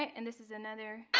and this is another.